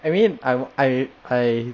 I mean I I I